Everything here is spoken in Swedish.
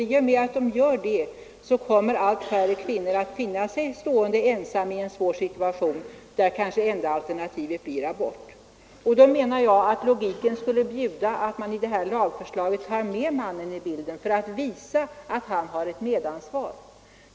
I och med att de gör det kommer allt färre kvinnor att känna sig så ensamma i en svår situation att enda alternativet är abort. Jag menar att logiken bjuder att man även i lagen tar in mannen i bilden — för att visa att han har ett medansvar.